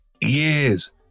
years